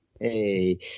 Hey